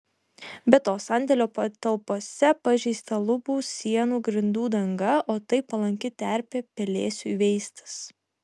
be to sandėlio patalpose pažeista lubų sienų grindų danga o tai palanki terpė pelėsiui veistis